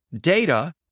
data